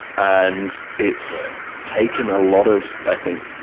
and it's taken a lot of, i think,